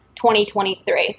2023